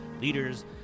leaders